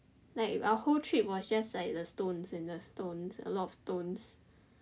like our whole trip was just like the stones and the stones a lot of stones